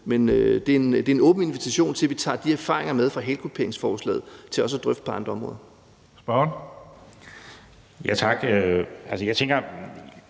Det er en åben invitation til, at vi tager de erfaringer med fra halekuperingsforslaget til også at drøfte på andre områder.